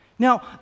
Now